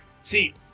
See